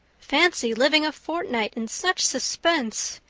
fancy living a fortnight in such suspense!